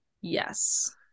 Yes